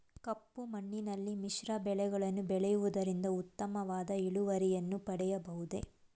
ಕಪ್ಪು ಮಣ್ಣಿನಲ್ಲಿ ಮಿಶ್ರ ಬೆಳೆಗಳನ್ನು ಬೆಳೆಯುವುದರಿಂದ ಉತ್ತಮವಾದ ಇಳುವರಿಯನ್ನು ಪಡೆಯಬಹುದೇ?